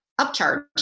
upcharge